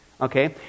Okay